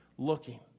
looking